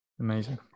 Amazing